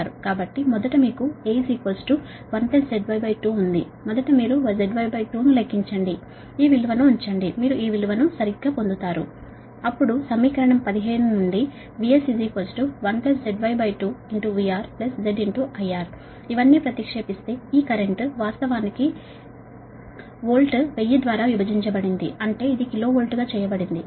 కాబట్టి మొదట మీకు A 1 ZY2 ఉంది మొదట మీరుZY2 ను లెక్కించండి ఈ విలువను ఉంచండి మీరు ఈ విలువను సరిగ్గా పొందుతారు అప్పుడు సమీకరణం 15 నుండి VS 1ZY2VRZ IR ఇవన్నీ ప్రతిక్షేపిస్తే ఈ కరెంట్ వాస్తవానికి వోల్ట్ 1000 ద్వారా విభజించబడింది అంటే ఇది కిలో వోల్ట్ గా చేయబడింది